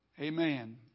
Amen